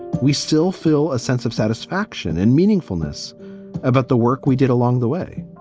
we still feel a sense of satisfaction and meaningfulness about the work we did along the way